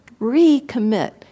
recommit